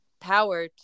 power